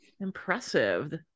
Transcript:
Impressive